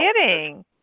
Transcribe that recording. kidding